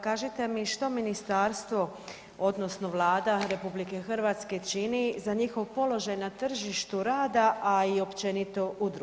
Kažite mi što ministarstvo odnosno Vlada RH čini za njihov položaj na tržištu rada, a i općenito u društvu?